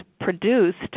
produced